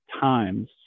times